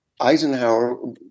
Eisenhower